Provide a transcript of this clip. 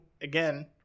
again